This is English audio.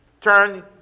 turn